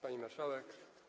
Pani Marszałek!